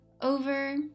over